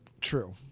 True